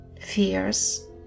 fears